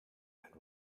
and